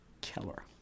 killer